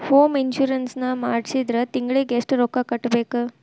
Home insurance ನ ಮಾಡ್ಸಿದ್ರ ತಿಂಗ್ಳಿಗೆ ಎಷ್ಟ್ ರೊಕ್ಕಾ ಕಟ್ಬೇಕ್?